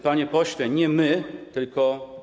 Panie pośle, nie my, tylko.